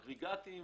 כמו אגרגטים,